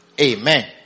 Amen